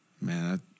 Man